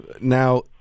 Now